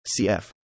CF